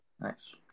nice